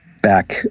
back